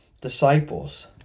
disciples